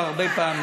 כבר הרבה פעמים,